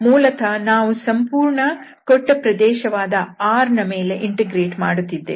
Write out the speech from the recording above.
ಮೂಲತಃ ನಾವು ಸಂಪೂರ್ಣ ದತ್ತ ಪ್ರದೇಶ R ನ ಮೇಲೆ ಇಂಟಿಗ್ರೇಟ್ ಮಾಡುತ್ತಿದ್ದೇವೆ